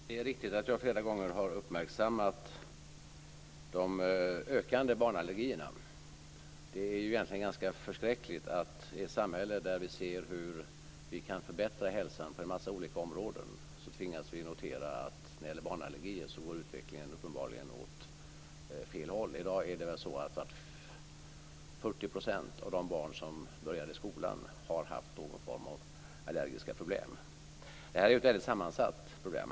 Fru talman! Det är riktigt att jag flera gånger har uppmärksammat de ökande barnallergierna. Det är egentligen ganska förskräckligt att vi i ett samhälle där vi ser hur vi kan förbättra hälsan på en massa olika områden tvingas notera att utvecklingen uppenbarligen går åt fel håll när det gäller barnallergier. I dag har 40 % av de barn som börjar i skolan haft någon form av allergiska problem. Det är ett väldigt sammansatt problem.